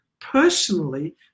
personally